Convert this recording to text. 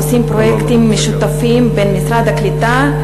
עושים פרויקטים משותפים בין משרד הקליטה,